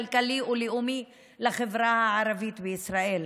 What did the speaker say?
כלכלי ולאומי לחברה הערבית בישראל,